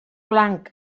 blanc